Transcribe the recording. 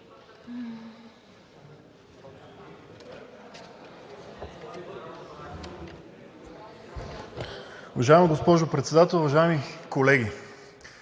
Уважаема госпожо Председател, уважаеми колеги!